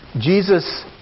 Jesus